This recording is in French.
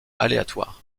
aléatoires